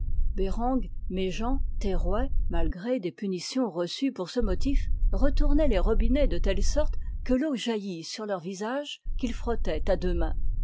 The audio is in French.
bereng méjean terrouet malgré des punitions reçues pour ce motif retournaient les robinets de telle sorte que l'eau jaillît sur leur visage qu'ils frottaient à deux mains